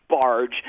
barge